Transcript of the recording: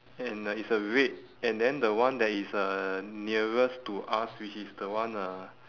and uh it's a red and then the one that is uh nearest to us which is the one uh